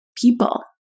people